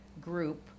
group